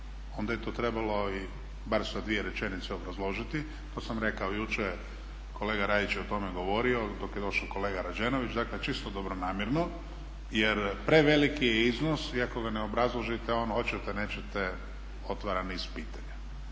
onda je to trebalo bar sa dvije rečenice obrazložiti, pa sam rekao jučer kolega Rajić je o tome govorio dok je došao kolega Rađenović, dakle čisto dobronamjerno jer preveliki je iznos i ako ga ne obrazložiti on hoćete nećete otvara niz pitanja.